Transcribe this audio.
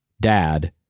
dad